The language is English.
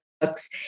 books